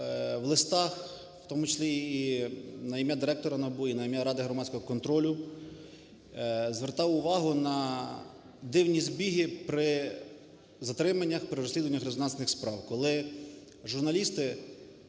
в листах, в тому числі і на ім'я директора НАБУ, і на ім'я Ради громадського контролю звертав увагу на дивні збіги при затриманнях, при розслідуваннях резонансних справ,